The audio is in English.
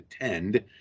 attend